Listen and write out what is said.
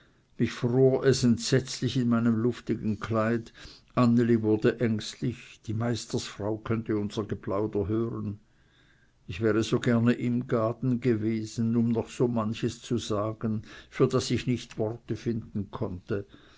mich fror es entsetzlich in meinem luftigen kleid anneli wurde ängstlich die meistersfrau könnte unser geplauder hören ich wäre so gerne im gaden gewesen um noch manches zu sagen für das ich nicht worte finden konnte